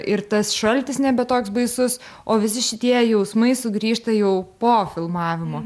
ir tas šaltis nebe toks baisus o visi šitie jausmai sugrįžta jau po filmavimo